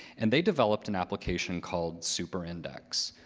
and they developed an application called super index.